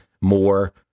more